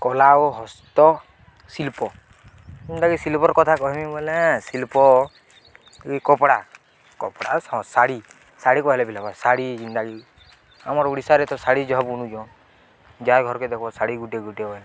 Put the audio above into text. କଲା ଓ ହସ୍ତ ଶିଳ୍ପ ଯେନ୍ତାକି ଶିଳ୍ପର କଥା କହେମି ବଲେ ଶିଳ୍ପ କପଡ଼ା କପଡ଼ା ଶାଢ଼ୀ ଶାଢ଼ୀ କହଲେ ବିଲା ଶାଢ଼ୀ ଆମର ଓଡ଼ିଶାରେ ତ ଶାଢ଼ୀ ଯହ ବୁନିଚନ୍ ଯାଏ ଘରକେ ଦେବ ଶାଢ଼ୀ ଗୁଟେ ଗୁଟେ ହଏ